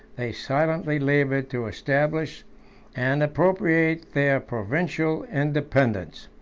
they silently labored to establish and appropriate their provincial independence.